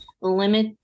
limit